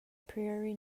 priori